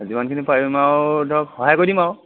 যিমানখিনি পাৰিম আৰু ধৰক সহায় কৰি দিম আৰু